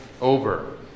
over